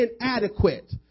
inadequate